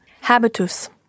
Habitus